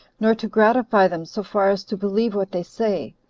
nor to gratify them so far as to believe what they say,